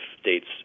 states